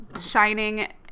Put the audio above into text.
shining